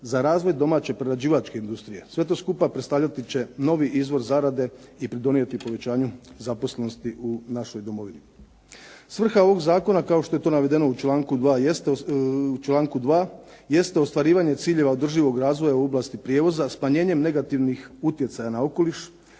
za razvoj domaće prerađivačke industrije. Sve to skupa predstavljati će novi izvor zarade i pridonijeti povećanju zaposlenosti u našoj domovini. Svrha ovog zakona kao što je to navedeno u članku 2. jeste ostvarivanje ciljeva održivog razvoja u oblasti prijevoza smanjenjem negativnih utjecaja na okoliš,